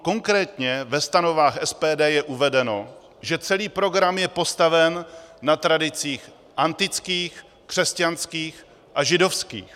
Konkrétně ve stanovách SPD je uvedeno, že celý program je postaven na tradicích antických, křesťanských a židovských.